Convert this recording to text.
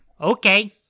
Okay